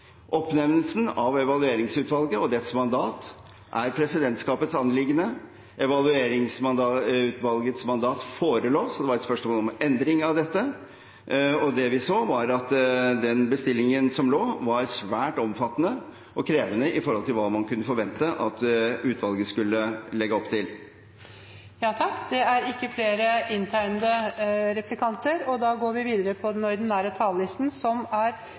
Oppnevnelsen av Evalueringsutvalget og dets mandat er presidentskapets anliggende. Evalueringsutvalgets mandat forelå, så det var et spørsmål om endring av dette. Det vi så, var at den bestillingen som lå, var svært omfattende og krevende med hensyn til hva man kunne forvente at utvalget skulle legge opp til. Replikkordskiftet er omme. Som saksordfører hadde jeg det håp at vi nå kunne begynne å snakke om saken, og at avdelingen for «påfugleri» nå var over, men jeg er